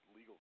legal